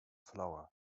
flower